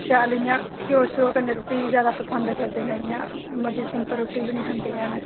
शैल इंया घिओ कन्नै रुट्टी जादै पसंद करदे न इंया मती सिंपल रुट्टी बी निं खंदे न